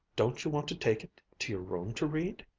don't you want to take it to your room to read?